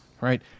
right